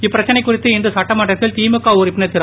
இப்பிரசனை குறித்து இன்று சட்டமன்றத்தில் திமுக உறுப்பினர் திரு